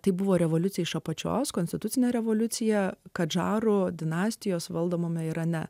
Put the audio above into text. tai buvo revoliucija iš apačios konstitucine revoliucija kadžarų dinastijos valdomame irane